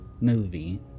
movie